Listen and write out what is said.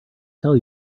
tell